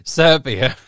serbia